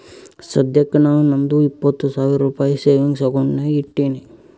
ಸದ್ಯಕ್ಕ ನಾ ನಂದು ಇಪ್ಪತ್ ಸಾವಿರ ರುಪಾಯಿ ಸೇವಿಂಗ್ಸ್ ಅಕೌಂಟ್ ನಾಗ್ ಇಟ್ಟೀನಿ